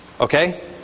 Okay